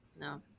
No